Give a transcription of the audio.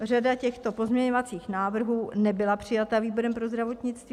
Řada těchto pozměňovacích návrhů nebyla přijata výborem pro zdravotnictví.